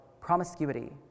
promiscuity